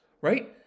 right